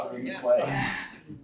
Yes